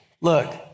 Look